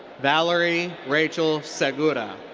valery rachel segura.